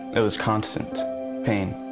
it was constant pain.